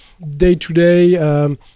day-to-day